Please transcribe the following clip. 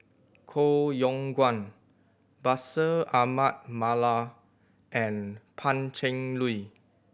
Koh Yong Guan Bashir Ahmad Mallal and Pan Cheng Lui